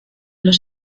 los